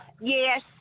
yes